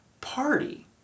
party